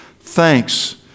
thanks